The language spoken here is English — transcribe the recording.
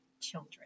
children